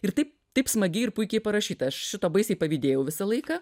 ir taip taip smagiai ir puikiai parašyta aš šito baisiai pavydėjau visą laiką